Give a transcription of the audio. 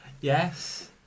Yes